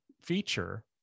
feature